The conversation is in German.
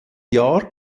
jahr